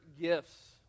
gifts